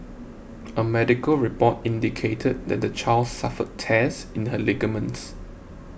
a medical report indicated that the child suffered tears in her ligaments